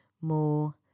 more